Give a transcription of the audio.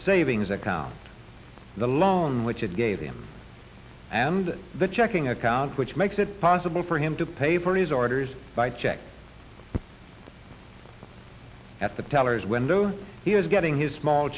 savings account the loan which it gave him and the checking account which makes it possible for him to pay for these orders by check at the teller's window he was getting his small